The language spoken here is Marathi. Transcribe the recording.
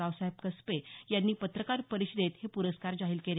रावसाहेब कसबे यांनी पत्रकार परिषदेत हे पुरस्कार जाहीर केले